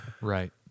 Right